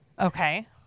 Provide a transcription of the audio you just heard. Okay